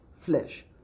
flesh